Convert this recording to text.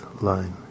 line